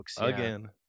again